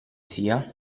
sia